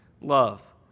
love